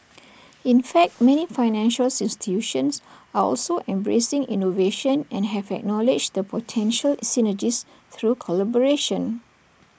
in fact many financial institutions are also embracing innovation and have acknowledged the potential synergies through collaboration